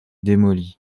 démoli